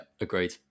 agreed